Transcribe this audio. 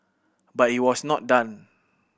but he was not done